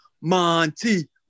Monty